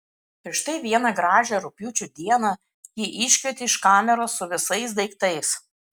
ir štai vieną gražią rugpjūčio dieną jį iškvietė iš kameros su visais daiktais